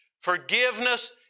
Forgiveness